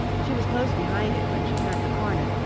she was close behind it when she turned the corner,